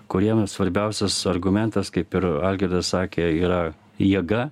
kuriem svarbiausias argumentas kaip ir algirdas sakė yra jėga